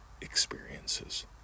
experiences